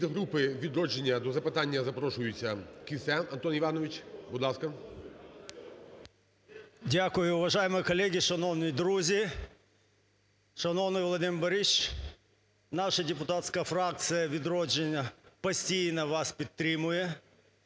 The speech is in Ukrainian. Дякую. Уважаемые коллеги, шановні друзі, шановний Володимире Борисовичу! Наша депутатська фракція "Відродження" постійно вас підтримує